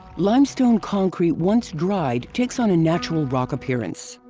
limestone concrete once dried takes on a natural rock appearance.